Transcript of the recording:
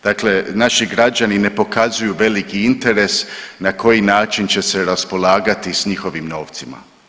Dakle, naši građani ne pokazuju veliki interes na koji način će se raspolagati s njihovim novcima.